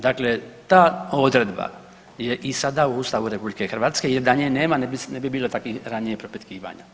Dakle, ta odredba je i sada u Ustavu RH jer da nje nema ne bi bilo takvih ranije propitkivanja.